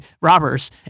robbers